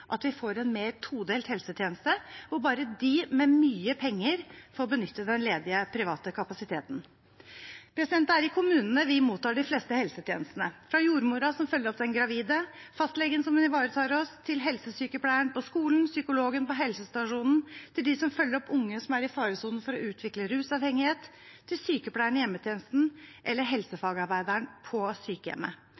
at vi får en mer todelt helsetjeneste, hvor bare de med mye penger får benytte den ledige private kapasiteten. Det er i kommunene vi mottar de fleste helsetjenestene, fra jordmoren som følger opp den gravide, fastlegen som ivaretar oss, helsesykepleieren på skolen, psykologen på helsestasjonen og de som følger opp unge som er i faresonen for å utvikle rusavhengighet, til sykepleieren i hjemmetjenesten eller